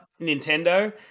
Nintendo